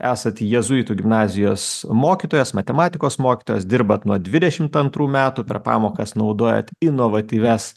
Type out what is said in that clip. esat jėzuitų gimnazijos mokytojas matematikos mokytojas dirbat nuo dvidešimt antrų metų per pamokas naudojat inovatyvias